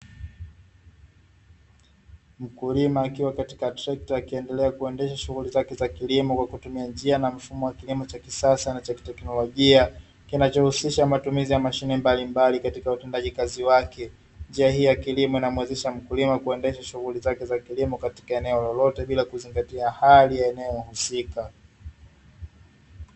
Mkulima akiwa katika trekta akiendelea na kuendesha shughuli za kilima cha kisasa na kiteknolojia, kinacho husisha matumizi ya mashine mbalimbali katika utendaji wa kazi wake njia hii ya kilimo, inamuwezesha mkulima kuendesha shughuli zake za kilimo katika eneo lolote bila kuzingatia hali katika eneo husika.